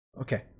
Okay